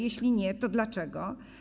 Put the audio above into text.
Jeśli nie, to dlaczego.